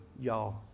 y'all